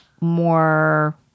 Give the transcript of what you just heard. more